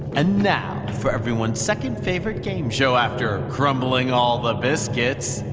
and now for everyone's second-favorite game show after crumbling all the biscuits,